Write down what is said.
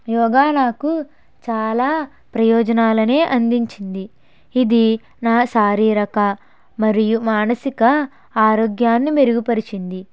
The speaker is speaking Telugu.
యోగా నాకు చాలా ప్రయోజనాలనే అందించింది ఇది శారీరక మరియు మానసిక ఆరోగ్యాన్ని మెరుగుపరిచింది